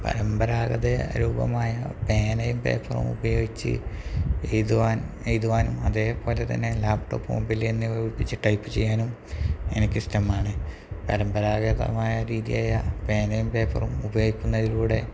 പരമ്പരാഗത രൂപമായ പേനയും പേപ്പറുമുപയോഗിച്ച് എഴുതുവാൻ അതേപോലെ തന്നെ ലാപ്പ് ടോപ്പ് മൊബൈല് തന്നെ ഉപയോഗിച്ചിട്ട് ടൈപ്പ് ചെയ്യാനും എനിക്കിഷ്ടമാണ് പരമ്പരാഗതമായ രീതിയായ പേനയും പേപ്പറും ഉപയോഗിക്കുന്നതിലൂടെ